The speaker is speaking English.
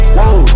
Whoa